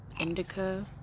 indica